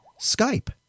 Skype